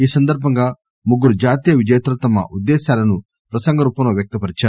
ఈ సందర్బంగా ముగ్గురు జాతీయ విజేతలు తమ ఉద్దేశ్యాలను ప్రసంగరూపంలో వ్యక్తపరిచారు